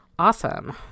Awesome